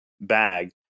bag